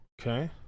Okay